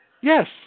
Yes